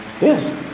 Yes